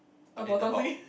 I mean about